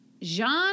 Jean